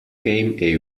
came